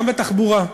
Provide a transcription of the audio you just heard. גם בתחבורה.